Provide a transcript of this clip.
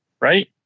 Right